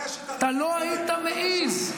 זו הייתה רשת ערבית.